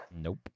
Nope